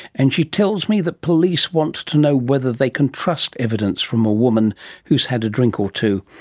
and she tells me that police want to know whether they can trust evidence from a woman who's had a drink or two,